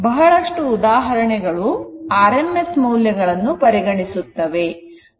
ಬಹಳಷ್ಟು ಉದಾಹರಣೆಗಳು rms ಮೌಲ್ಯಗಳನ್ನು ಪರಿಗಣಿಸುತ್ತವೆ